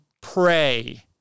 pray